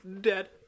dead